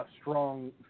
strong